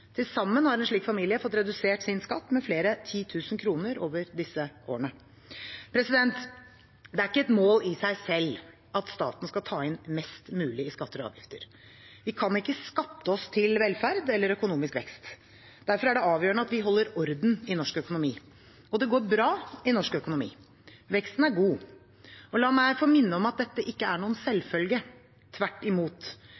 Til sammen har en slik familie fått redusert sin skatt med flere titusen kroner over disse årene. Det er ikke et mål i seg selv at staten skal ta inn mest mulig i skatter og avgifter. Vi kan ikke skatte oss til velferd eller økonomisk vekst. Derfor er det avgjørende at vi holder orden i norsk økonomi. Det går bra i norsk økonomi. Veksten er god. La meg få minne om at dette ikke er noen